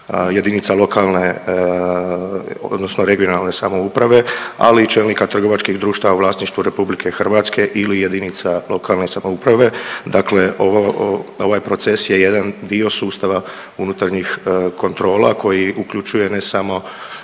jedinice lokalne odnosno regionalne samouprave, ali i čelnika trgovačkih društava u vlasništvu RH ili jedinica lokalne samouprave, dakle ovaj proces je jedan dio sustava unutarnjih kontrola koji uključuje, ne samo